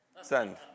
send